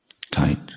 tight